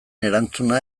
erantzuna